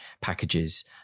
packages